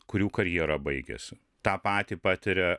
kurių karjera baigėsi tą patį patiria